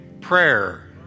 prayer